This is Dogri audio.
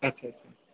अच्छा अच्छा